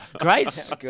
Great